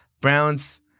Browns